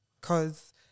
Cause